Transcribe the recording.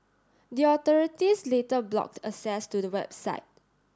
the authorities later blocked access to the website